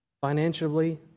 financially